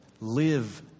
Live